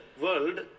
world